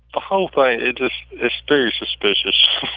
whole thing, it just it's very suspicious.